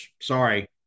Sorry